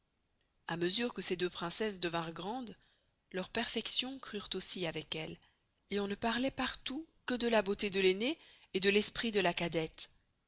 a mesure que ces deux princesses devinrent grandes leurs perfections crûrent aussi avec elles et on ne parloit partout que de la beauté de l'aisnée et de l'esprit de la cadette